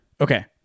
Okay